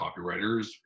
copywriters